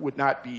would not be